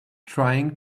trying